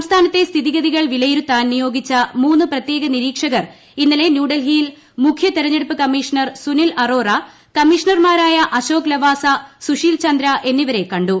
സംസ്ഥാനത്തെ സ്ഥിതിഗതികൾ വിലയിരുത്താൻ നിയോഗിച്ച മൂന്നു പ്രത്യേക നിരീക്ഷകർ ഇന്നലെ ന്യൂഡൽഹിയിൽ മുഖ്യ തെരഞ്ഞെടുപ്പ് കമ്മീഷണർ സുനിൽ അറോറ കമ്മീഷണർമാരായ അശോക് ലവാസ സുശീൽചന്ദ്ര എന്നിവരെ കണ്ടു